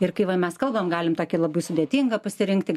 ir kai va mes kalbam galim tokia labai sudėtinga pasirinkti